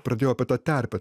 pradėjau apie tą terpę